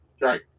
Right